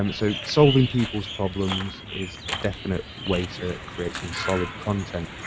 um so solving people's problems is a definite way to create some solid content.